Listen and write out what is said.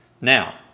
now